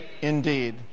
Indeed